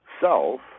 Self